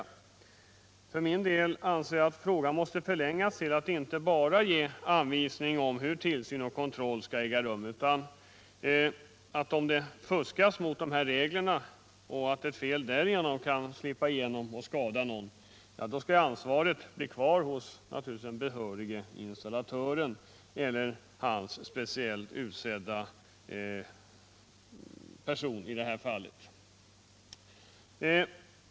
Nr 40 För min del anser jag att det inte räcker med att ge anvisning om Tisdagen den hur tillsyn och kontroll skall utföras. Om det fuskas mot reglerna och 6 december 1977 ett fel därigenom kan slippa igenom och skada någon, då skall ansvaret naturligtvis ligga hos den ansvarige installatören eller den av honom =: Ansvaret för speciellt utsedda personen.